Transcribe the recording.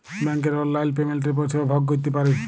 ব্যাংকের অললাইল পেমেল্টের পরিষেবা ভগ ক্যইরতে পারি